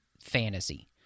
fantasy